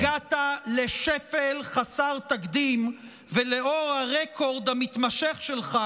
הגעת לשפל חסר תקדים, ולאור הרקורד המתמשך שלך,